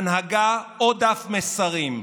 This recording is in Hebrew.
הנהגה או דף מסרים.